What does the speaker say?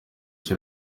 iki